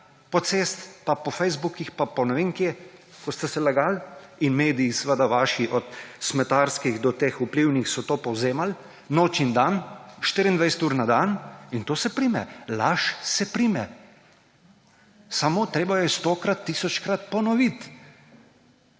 po cesti, pa po Facebooku, pa po ne vem kje, ko ste se lagal, Vaši mediji, od smetarskih do teh vplivnih so to povzemali noč in dan, 24 ur na dan. In to se prime. Laž se prime, samo treba jo je stokrat, tisočkrat ponoviti.